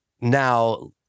now